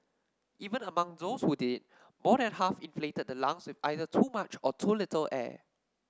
even among those who did more than half inflated the lungs with either too much or too little air